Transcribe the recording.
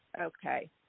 Okay